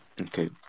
Okay